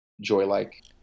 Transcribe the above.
joy-like